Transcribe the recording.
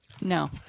no